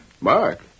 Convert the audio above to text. Mark